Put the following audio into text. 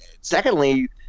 secondly